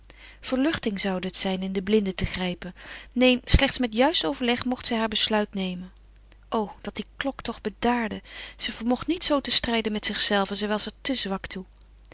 verluchting zoude het zijn in den blinde te grijpen neen slechts met juist overleg mocht zij haar besluit nemen o dat die klok toch bedaarde zij vermocht niet zoo te strijden met zichzelve zij was er te zwak toe